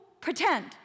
pretend